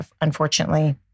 unfortunately